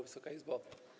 Wysoka Izbo!